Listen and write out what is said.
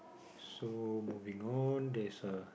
so moving on there's a